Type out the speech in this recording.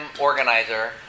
organizer